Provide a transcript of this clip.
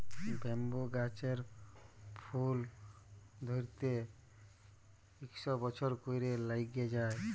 bamboo গাহাচের ফুল ধ্যইরতে ইকশ বসর ক্যইরে ল্যাইগে যায়